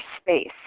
space